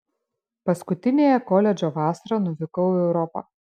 paskutiniąją koledžo vasarą nuvykau į europą